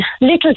little